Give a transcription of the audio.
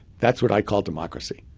that's what i call democracy.